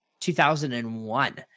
2001